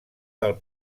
del